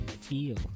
feel